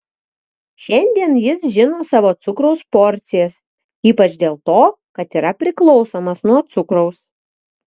šiandien jis žino savo cukraus porcijas ypač dėl to kad yra priklausomas nuo cukraus